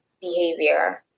behavior